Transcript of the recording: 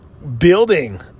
building